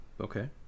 okay